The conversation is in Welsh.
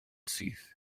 syth